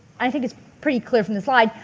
i think it's pretty clear from the slide,